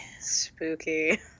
Spooky